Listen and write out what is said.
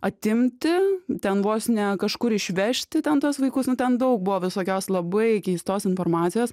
atimti ten vos ne kažkur išvežti ten tuos vaikus nu ten daug buvo visokios labai keistos informacijos